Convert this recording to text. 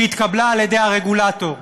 שהתקבלה על-ידי הרגולטור,